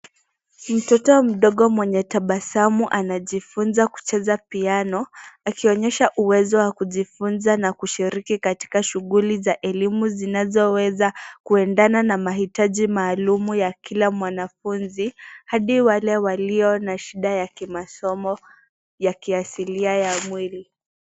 Mtoto mdogo mwenye tabasamu anajifunza kucheza piano, akionyesha uwezo wa kujifunza na kushiriki katika shughuli za elimu zinazoweza kuendana na mahitaji maalum ya kila mwanafunzi, hadi wale walio na shida ya kimasomo ya kiasilia ya mwili.